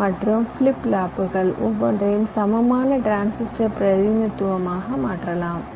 மற்றும் ஃபிளிப் ஃப்ளாப்புகள் ஒவ்வொன்றையும் சமமான டிரான்சிஸ்டர் பிரதிநிதித்துவமாக மாற்றலாம்